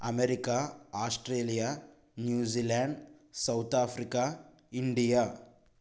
America Australia New Zealand South Africa India